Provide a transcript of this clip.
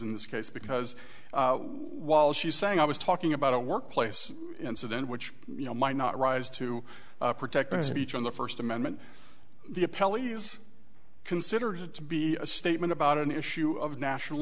in this case because while she's saying i was talking about a workplace incident which you know my not rise to protect a speech on the first amendment the appellee is considered to be a statement about an issue of national